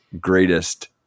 greatest